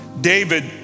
David